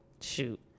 Shoot